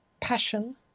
passion